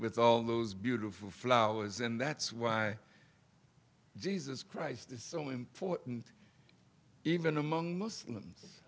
with all those beautiful flowers and that's why jesus christ is so important even among muslims